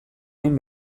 egin